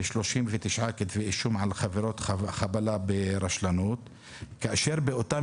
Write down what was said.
ו-39 כתבי אישום על חברות חבלה ברשלנות כאשר באותן